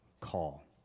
call